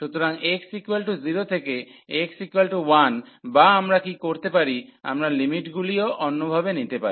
সুতরাং x 0 থেকে x 1 বা আমরা কী করতে পারি আমরা লিমিটগুলিও অন্যভাবে নিতে পারি